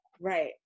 right